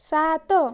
ସାତ